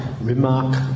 remark